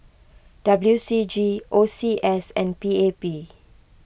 W C G O C S and P A P